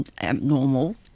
abnormal